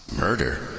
murder